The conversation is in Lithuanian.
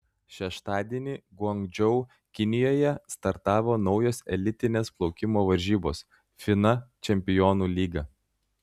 šeštadienį guangdžou kinijoje startavo naujos elitinės plaukimo varžybos fina čempionų lyga